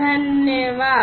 धन्यवाद